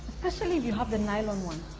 especially if you have the nylon one,